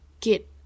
get